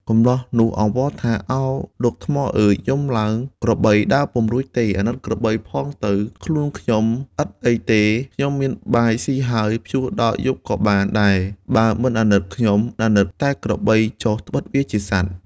កម្លោះនោះអង្វរថា "ឱ! លោកថ្មអើយយំឡើង ក្របីដើរពុំរួចទេ អាណិតក្របីផងទៅ ខ្លួនខ្ញុំឥតអីទេ ខ្ញុំមានបាយស៊ីហើយ ភ្ជួរដល់យប់ក៏បានដែរ បើមិនអាណិតខ្ញុំអាណិតតែក្របីចុះត្បិតវាជាសត្វ"។